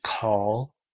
call